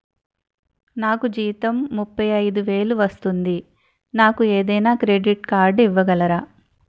నాకు జీతం ముప్పై ఐదు వేలు వస్తుంది నాకు ఏదైనా క్రెడిట్ కార్డ్ ఇవ్వగలరా?